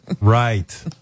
right